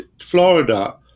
Florida